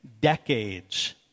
decades